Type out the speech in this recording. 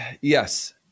yes